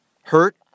Hurt